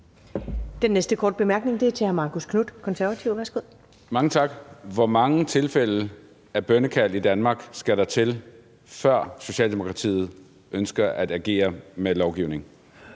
Den næste korte bemærkning er til hr. Marcus Knuth, Konservative. Værsgo. Kl. 15:47 Marcus Knuth (KF): Mange tak. Hvor mange tilfælde af bønnekald i Danmark skal der til, før Socialdemokratiet ønsker at agere med lovgivning?